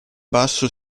basso